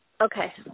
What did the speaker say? Okay